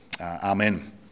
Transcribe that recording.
amen